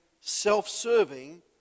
self-serving